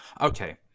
Okay